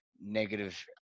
negative